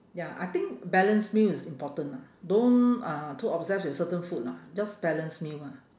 ya I think balanced meal is important lah don't uh too obsessed with certain food lah just balanced meal ah